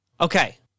Okay